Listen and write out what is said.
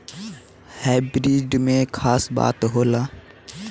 Hybrid में का खास बात होला?